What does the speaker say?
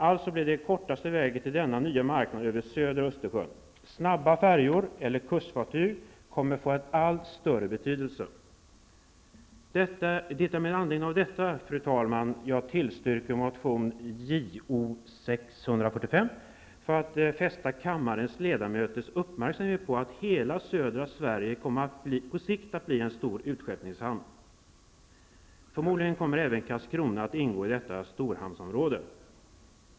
Alltså blir den kortaste vägen till denna nya marknad över södra Östersjön. Snabba färjor eller kustfartyg kommer att få en allt större betydelse. Det är med anledning av detta, fru talman, som jag tillstyrker motion Jo645, för att fästa kammarens ledamöters uppmärksamhet på att hela södra Sverige på sikt kommer att bli en stor utskeppningshamn. Förmodligen kommer även Karlskrona att ingå i detta storhamnsområde.